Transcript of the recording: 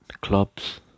clubs